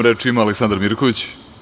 Reč ima Aleksandar Mirković.